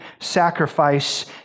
sacrifice